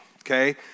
okay